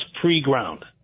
pre-ground